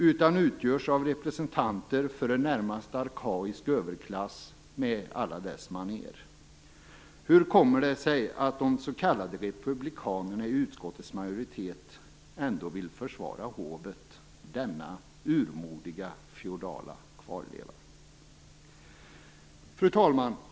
Det utgörs av representanter för en närmast arkaisk överklass med alla dess manér. Hur kommer det sig att de s.k. republikanerna i utskottets majoritet ändå vill försvara hovet, denna urmodiga feodala kvarleva? Fru talman!